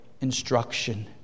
instruction